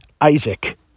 Isaac